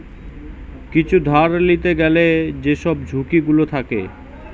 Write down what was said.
কিছু ধার লিতে গ্যালে যেসব ঝুঁকি গুলো থাকে